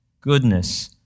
goodness